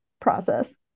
process